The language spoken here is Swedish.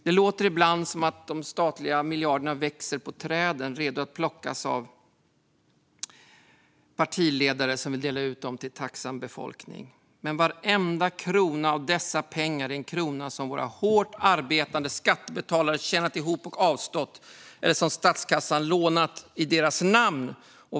Det låter ibland som att de statliga miljarderna växer på träd, redo att plockas av partiledare som vill dela ut dem till en tacksam befolkning. Men varenda krona av dessa pengar är en krona som våra hårt arbetande skattebetalare tjänat ihop och avstått eller som statskassan lånat i deras namn.